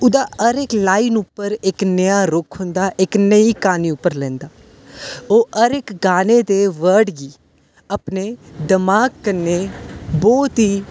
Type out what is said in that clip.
ओह्दा हर इक्क लाईन पर हर नया रूख होंदा इक्क नेईं क्हानी पर लैंदा ओह् हर इक्क गाने दे वर्ड गी अपने दमाक कन्नै बहोत ई